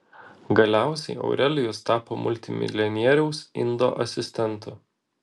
galiausiai aurelijus tapo multimilijonieriaus indo asistentu